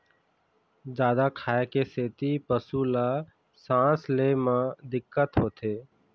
जादा खाए के सेती पशु ल सांस ले म दिक्कत होथे